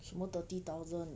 什么 thirty thousand